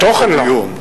בדיון.